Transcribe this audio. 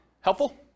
Helpful